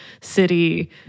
city